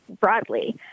broadly